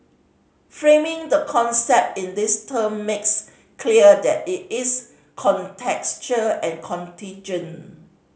framing the concept in these term makes clear that it is contextual and contingent